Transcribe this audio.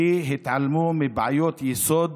כי התעלמו מבעיות יסוד